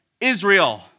Israel